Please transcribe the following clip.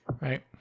right